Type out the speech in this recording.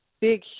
big